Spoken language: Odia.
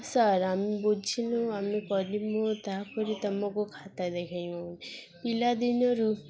ସାର୍ ଆମେ ବୁଝିନୁ ଆମେ କରିମୁ ତା'ପରେ ତମକୁ ଖାତା ଦେଖାଇବୁ ପିଲାଦିନରୁ